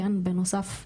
בנוסף לזה,